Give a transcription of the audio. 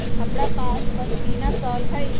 हमरा पास पशमीना शॉल हई